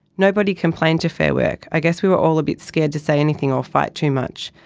nobody complained to fair work. i guess we were all a bit scared to say anything or fight too much.